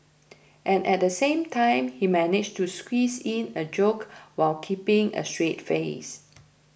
and at the same time he managed to squeeze in a joke while keeping a straight face